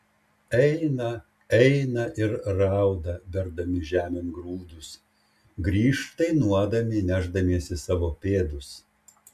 eina eina ir rauda berdami žemėn grūdus grįš dainuodami nešdamiesi savo pėdus